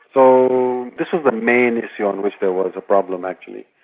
so this was the main issue on which there was a problem, actually,